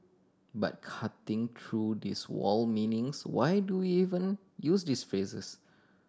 but cutting through this wall meanings why do even use this phrases